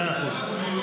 מאה אחוז.